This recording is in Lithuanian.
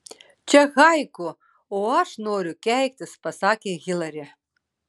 čia haiku o aš noriu keiktis pasakė hilari